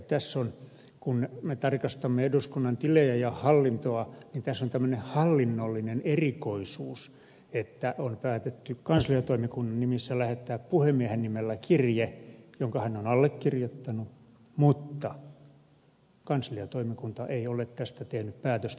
tässä on kun me tarkastamme eduskunnan tilejä ja hallintoa tämmöinen hallinnollinen erikoisuus että on päätetty kansliatoimikunnan nimissä lähettää puhemiehen nimellä kirje jonka hän on allekirjoittanut mutta kansliatoimikunta ei ole tästä tehnyt päätöstä